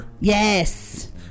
yes